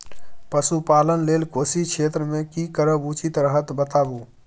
पशुपालन लेल कोशी क्षेत्र मे की करब उचित रहत बताबू?